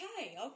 Okay